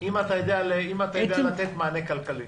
אם אתה יודע לתת מענה כלכלי?